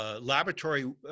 laboratory